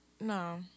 No